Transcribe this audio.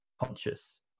conscious